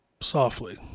softly